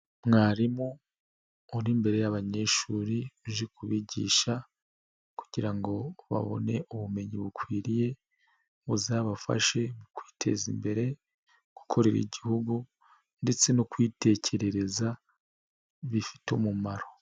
Mwarimu uri imbere y'abanyeshuri, aje kubigisha kugira ngo babone ubumenyi bukwiriye muzabafashe mu kwiteza imbere, gukorera igihugu ndetse no kwitekerereza bifite umumaro.